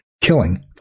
killing